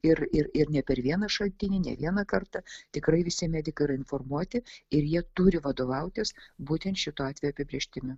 ir ir ir ne per vieną šaltinį ne vieną kartą tikrai visi medikai yra informuoti ir jie turi vadovautis būtent šito atvejo apibrėžtimi